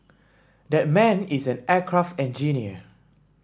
that man is an aircraft engineer